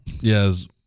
yes